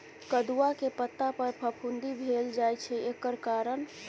कदुआ के पता पर फफुंदी भेल जाय छै एकर कारण?